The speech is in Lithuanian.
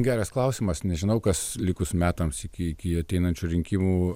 geras klausimas nežinau kas likus metams iki iki ateinančių rinkimų